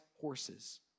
horses